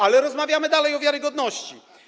Ale rozmawiamy dalej o wiarygodności.